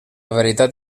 veritat